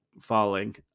falling